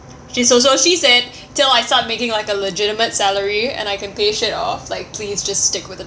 she's also she said till I start making like a legitimate salary and I can pay it off like please just stick with a